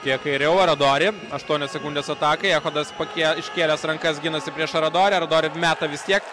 kiek kairiau aradori aštuonios sekundės atakai echodas pakė iškėlęs rankas ginasi prieš aradori aradori meta vis tiek